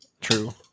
True